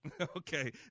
Okay